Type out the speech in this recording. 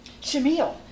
Shamil